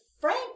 Frank